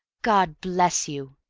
god bless you!